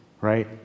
right